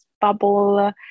bubble